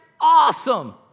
awesome